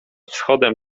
wschodem